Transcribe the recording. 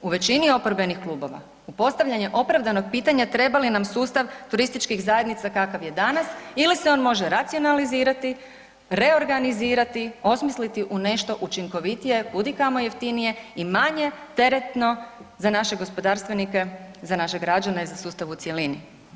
U većini oporbenih klubova o postavljanju opravdanog pitanja treba li nam sustav turističkih zajednica kakav je danas ili se on može racionalizirati, reorganizirati, osmisliti u nešto učinkovitije, kud i kamo jeftinije i manje teretno za naše gospodarstvenike, za naše građane, za sustav u cjelini.